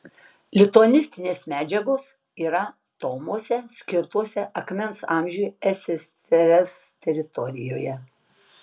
lituanistinės medžiagos yra tomuose skirtuose akmens amžiui ssrs teritorijoje